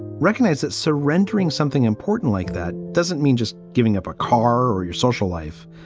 recognize that surrendering something important like that doesn't mean just giving up a car or your social life,